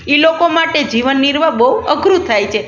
એ લોકો માટે જીવનનિર્વાહ બહુ અઘરું થાય છે